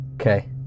Okay